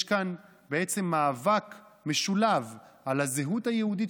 יש כאן בעצם מאבק משולב על הזהות היהודית